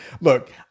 Look